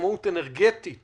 עצמאות אנרגטית